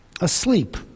asleep